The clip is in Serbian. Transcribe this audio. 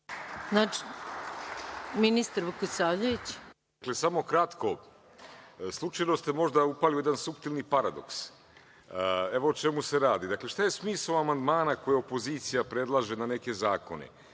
**Vladan Vukosavljević** Samo kratko. Slučajno ste možda upali u jedan suptilni paradoks. Evo o čemu se radi. Šta je smisao amandmana koji opozicija predlaže na neke zakone,